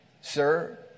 sir